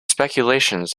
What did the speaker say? speculations